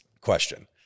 question